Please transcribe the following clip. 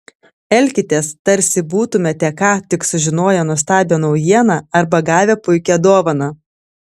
elkitės tarsi būtumėte ką tik sužinoję nuostabią naujieną arba gavę puikią dovaną